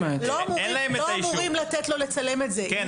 לא אמורים לתת לו לצלם את זה אלא אם